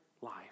life